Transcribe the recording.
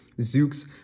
Zooks